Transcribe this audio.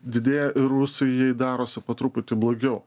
didėja ir rusijai darosi po truputį blogiau